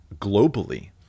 globally